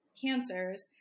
cancers